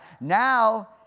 Now